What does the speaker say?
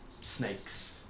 snakes